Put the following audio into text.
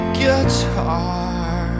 guitar